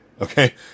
Okay